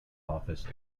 office